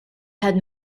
had